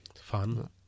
Fun